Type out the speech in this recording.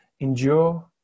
Endure